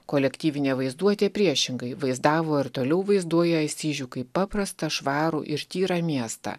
kolektyvinė vaizduotė priešingai vaizdavo ir toliau vaizduoja asyžių kaip paprastą švarų ir tyrą miestą